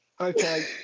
Okay